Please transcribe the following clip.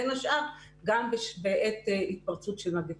בין השאר גם בעת התפרצות של מגפות.